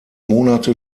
monate